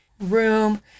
room